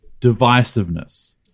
divisiveness